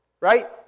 Right